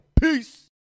peace